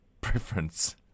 preference